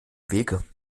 weg